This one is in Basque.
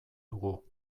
dugu